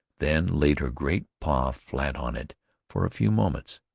then laid her great paw flat on it for a few moments,